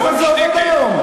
ככה זה עובד היום.